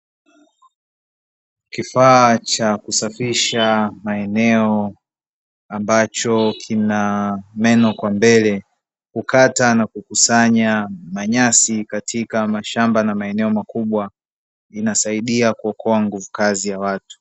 Kifaa cha kusafisha maeneo ambacho kina meno kwa mbele, hukata na kukusanya nyasi katika mashamba na maeneo makubwa, inasaidia kuokoa nguvu kazi ya watu.